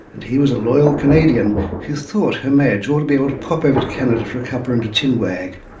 and he was a loyal canadian, who thought her maj. ought to be able to pop over to canada for a cuppa and a chinwag.